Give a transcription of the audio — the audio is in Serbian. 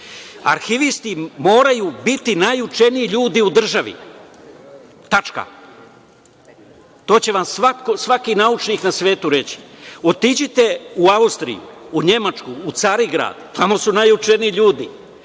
Arhivisti moraju biti najučeniji ljudi u državi i tačka. To će vam svaki naučnik na svetu reći. Otiđite u Austriju, u Nemačku, u Carigrad, tamo su najučeniji ljudi,